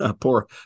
poor